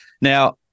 Now